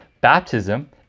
Baptism